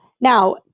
Now